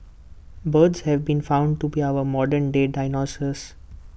birds have been found to be our modern day dinosaurs